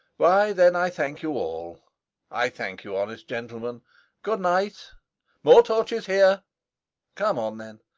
why then, i thank you all i thank you, honest gentlemen good-night more torches here come on then,